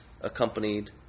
accompanied